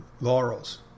laurels